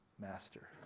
master